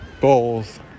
Bowls